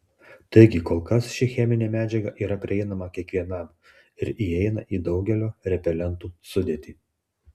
taigi kol kas ši cheminė medžiaga yra prieinama kiekvienam ir įeina į daugelio repelentų sudėtį